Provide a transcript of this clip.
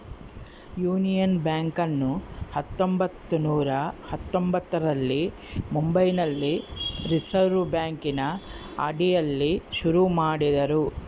union ಬ್ಯಾಂಕನ್ನು ಹತ್ತೊಂಭತ್ತು ನೂರ ಹತ್ತೊಂಭತ್ತರಲ್ಲಿ ಮುಂಬೈನಲ್ಲಿ ರಿಸೆರ್ವೆ ಬ್ಯಾಂಕಿನ ಅಡಿಯಲ್ಲಿ ಶುರು ಮಾಡಿದರು